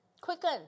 Quicken